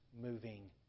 moving